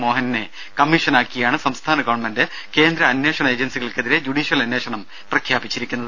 മോഹനനെ കമ്മീഷനാക്കിയാണ് സംസ്ഥാന ഗവൺമെന്റ് കേന്ദ്ര അന്വേഷണ ഏജൻസികൾക്കെതിരെ ജുഡീഷ്യൽ അന്വേഷണം പ്രഖ്യാപിച്ചിരിക്കുന്നത്